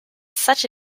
such